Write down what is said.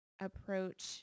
approach